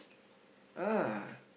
ah